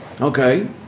Okay